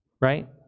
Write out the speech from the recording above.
Right